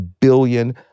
billion